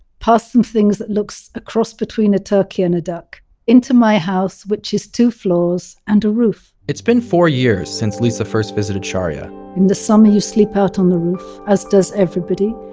past some things that looks a cross between a turkey and a duck into my house which is two floors and a roof it's been four years since lisa first visited sharya in the summer you sleep out on the roof, as does everybody.